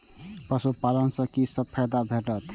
पशु पालन सँ कि सब फायदा भेटत?